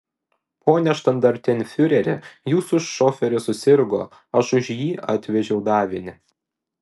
pone štandartenfiureri jūsų šoferis susirgo aš už jį atvežiau davinį